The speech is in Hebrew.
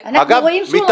החוק הזה לא מכתיב לי כלום.